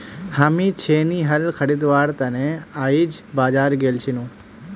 हामी छेनी हल खरीदवार त न आइज बाजार गेल छिनु